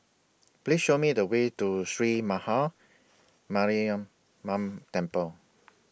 Please Show Me The Way to Sree Maha Mariamman Temple